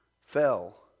fell